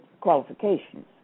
qualifications